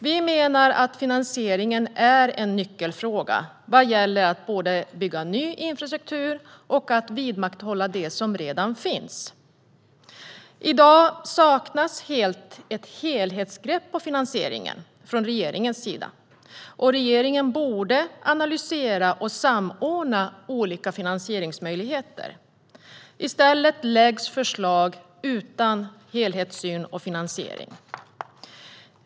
Vi menar att finansieringen är en nyckelfråga vad gäller att både bygga ny infrastruktur och vidmakthålla den som redan finns. I dag saknas helt ett helhetsgrepp för finansiering hos regeringen. Regeringen borde analysera och samordna olika finansieringsmöjligheter, men i stället lägger man fram förslag utan helhetssyn och finansiering.